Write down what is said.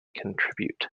contribute